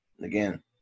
again